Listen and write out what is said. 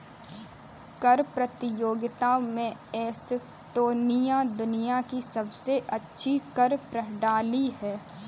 कर प्रतियोगिता में एस्टोनिया दुनिया की सबसे अच्छी कर प्रणाली है